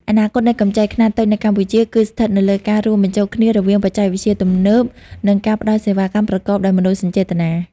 អនាគតនៃកម្ចីខ្នាតតូចនៅកម្ពុជា គឺស្ថិតនៅលើការរួមបញ្ចូលគ្នារវាងបច្ចេកវិទ្យាទំនើប និងការផ្ដល់សេវាកម្មប្រកបដោយមនោសញ្ចេតនា។